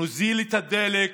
נוזיל את הדלק,